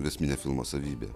esminė filmo savybė